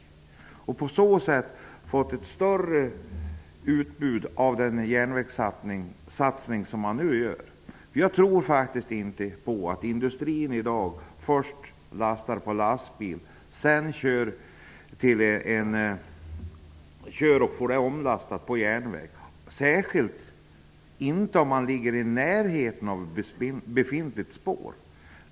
På så sätt hade man kunnat få ett bättre utslag av den järnvägssatsning som nu görs. Jag tror faktiskt inte att industrin i dag först lastar på lastbil för att sedan lasta om till järnvägstransport, särskilt inte om industrin ligger i närheten av befintligt spår.